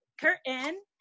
Curtain